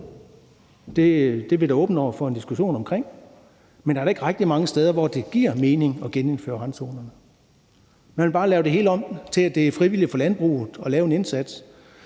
er vi da åbne over for en diskussion om, men er der ikke rigtig mange steder, hvor det giver mening at genindføre randzonerne? Man vil bare lave det hele om til, at det er frivilligt for landbruget at lave en indsats,